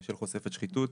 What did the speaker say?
של חושפת שחיתות.